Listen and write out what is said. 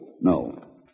No